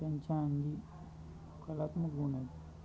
त्यांच्या अंगी कलात्मक गुण आहेत